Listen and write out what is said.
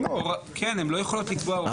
והן לא יכולות לקבוע- -- זה התקנות.